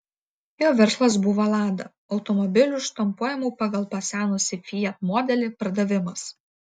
jo verslas buvo lada automobilių štampuojamų pagal pasenusį fiat modelį pardavimas